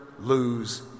lose